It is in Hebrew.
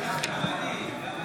שלמה